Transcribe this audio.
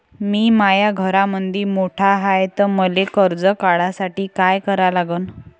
मी माया घरामंदी मोठा हाय त मले कर्ज काढासाठी काय करा लागन?